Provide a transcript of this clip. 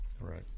Right